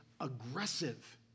aggressive